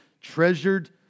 treasured